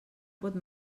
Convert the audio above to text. pot